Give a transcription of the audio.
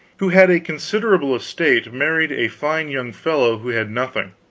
who had a considerable estate, married a fine young fellow who had nothing.